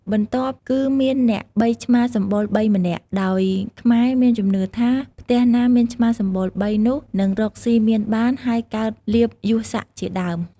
បន្ទាប់គឺមានអ្នកបីឆ្មាសម្បុរ៣ម្នាក់ ដោយខ្មែរមានជំនឿថា ផ្ទះណាមានឆ្មាសម្បុរ៣ នោះនឹងរកស៊ីមានបាន និងកើតលាភយសសក្តិជាដើម ។